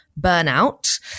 burnout